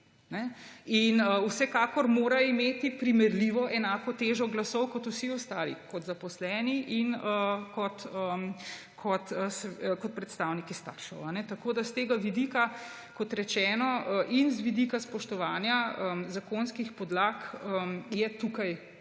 Vsekakor mora imeti primerljivo enako težo glasov kot vsi ostali, kot zaposleni in kot predstavniki staršev. S tega vidika in z vidika spoštovanja zakonskih podlag je tukaj